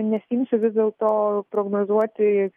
nesiimsiu vis dėlto prognozuoti